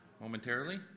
momentarily